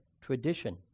tradition